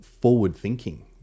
forward-thinking